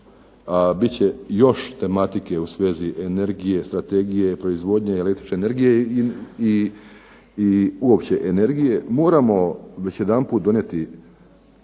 će još tematike u svezi energije strategije proizvodnje električne energije i uopće energije moramo već jedanput donijeti